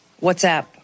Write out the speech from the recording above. WhatsApp